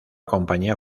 compañía